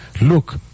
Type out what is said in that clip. look